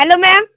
hello ma'am